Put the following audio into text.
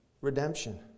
redemption